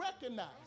recognize